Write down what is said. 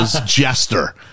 Jester